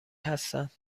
هستند